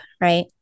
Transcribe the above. right